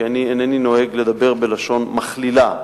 כי אני אינני נוהג לדבר בלשון מכלילה.